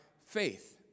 faith